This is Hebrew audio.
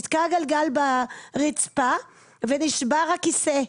נתקע הגלגל ברצפה ונשבר הכיסא,